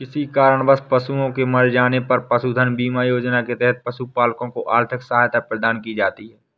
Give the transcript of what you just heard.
किसी कारणवश पशुओं के मर जाने पर पशुधन बीमा योजना के द्वारा पशुपालकों को आर्थिक सहायता प्रदान की जाती है